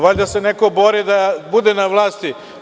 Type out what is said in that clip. Valjda se neko bori da bude na vlasti.